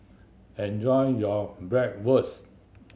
enjoy your Bratwurst